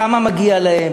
כמה מגיע להם,